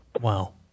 Wow